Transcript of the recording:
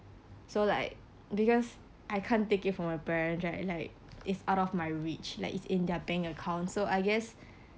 so like because I can't take it from my parents right like it's out of my reach like it's in their bank account so I guess